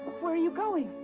where are you going?